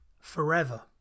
forever